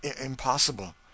impossible